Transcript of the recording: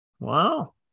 Wow